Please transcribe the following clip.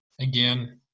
Again